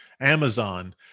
Amazon